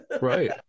right